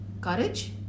courage